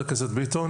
חברת הכנסת ביטון.